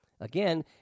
Again